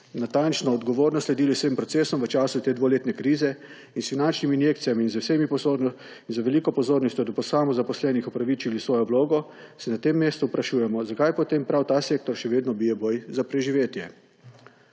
natančno ter odgovorno sledili vsem procesom v času te dvoletne krize in s finančnimi injekcijami in z veliko pozornostjo do samozaposlenih upravičili svojo vlogo, se na tem mestu sprašujemo, zakaj potem prav ta sektor še vedno bije boj za preživetje.